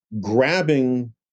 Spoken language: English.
grabbing